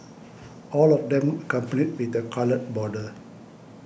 all of them accompanied with a coloured border